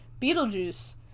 Beetlejuice